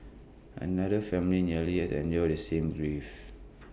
another family nearly had to endure the same grief